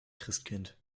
christkind